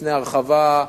לפני הרחבה.